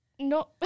No